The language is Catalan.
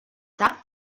tard